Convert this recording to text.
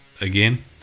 again